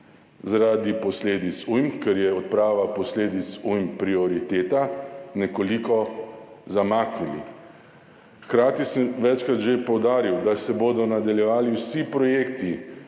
zaradi posledic ujm, ker je odprava posledic ujm prioriteta, nekoliko zamaknili. Hkrati sem večkrat že poudaril, da se bodo nadaljevali vsi projekti,